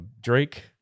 drake